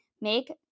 make